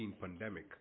pandemic